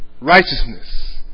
Righteousness